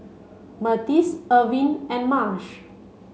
Myrtis Irvine and Marsh